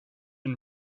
and